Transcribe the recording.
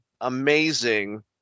amazing